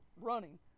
running